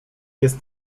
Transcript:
jest